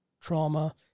trauma